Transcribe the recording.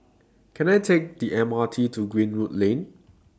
Can I Take The M R T to Greenwood Lane